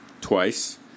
twice